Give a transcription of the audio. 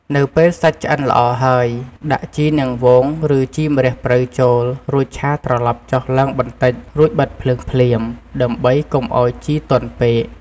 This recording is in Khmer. នៅពេលសាច់ឆ្អិនល្អហើយ ដាក់ជីនាងវងឬជីម្រះព្រៅចូល រួចឆាត្រឡប់ចុះឡើងបន្តិច រួចបិទភ្លើងភ្លាម ដើម្បីកុំឱ្យជីទន់ពេក។